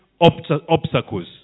obstacles